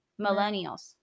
millennials